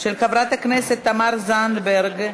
של חברת הכנסת תמר זנדברג.